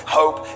hope